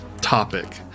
topic